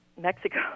Mexico